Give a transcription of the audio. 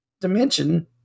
dimension